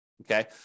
okay